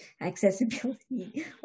Accessibility